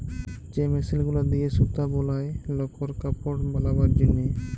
যে মেশিল গুলা দিয়ে সুতা বলায় লকর কাপড় বালাবার জনহে